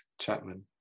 Chapman